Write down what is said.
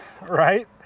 Right